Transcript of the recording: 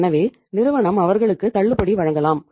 எனவே நிறுவனம் அவர்களுக்கு தள்ளுபடி வழங்கலாம்